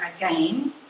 again